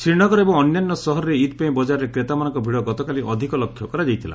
ଶ୍ରୀନଗର ଏବଂ ଅନ୍ୟାନ୍ୟ ସହରରେ ଇଦ୍ ପାଇଁ ବଜାରରେ କ୍ରେତାମାନଙ୍କ ଭିଡ଼ ଗତକାଲି ଅଧିକ ଲକ୍ଷ୍ୟ କରାଯାଇଥିଲା